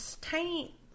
Tiny